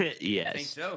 Yes